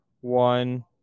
one